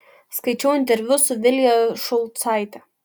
skaičiau interviu su vilija šulcaite